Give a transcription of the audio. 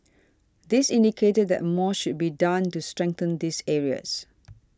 this indicated that more should be done to strengthen these areas